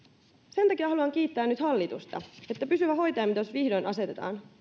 sen takia haluan kiittää nyt hallitusta että pysyvä hoitajamitoitus vihdoin asetetaan